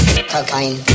Cocaine